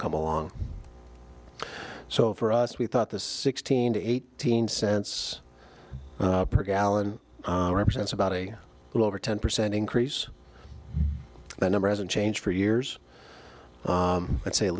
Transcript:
come along so for us we thought the sixteen to eighteen cents per gallon represents about a little over ten percent increase the number hasn't changed for years let's say at